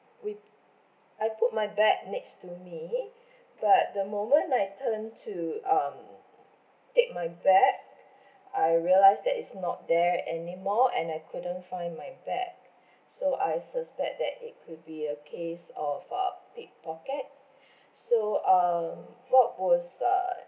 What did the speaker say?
we I put my bag next to me but the moment I turn to um take my bag I realised that it's not there anymore and I couldn't find my bag so I suspect that it could be a case of uh pickpocket so um what was err